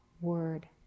word